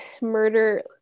murder